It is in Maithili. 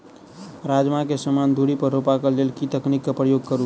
राजमा केँ समान दूरी पर रोपा केँ लेल केँ तकनीक केँ प्रयोग करू?